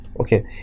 Okay